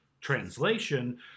Translation